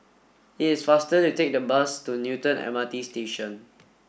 it is faster to take the bus to Newton M R T Station